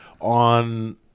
on